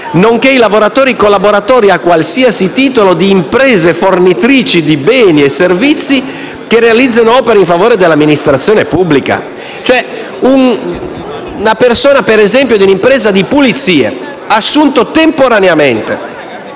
nonché ai lavoratori e collaboratori a qualsiasi titolo di imprese fornitrici di beni e servizi che realizzano opere in favore dell'amministrazione pubblica? Può accadere che una persona - per esempio - di un'impresa di pulizie, assunta temporaneamente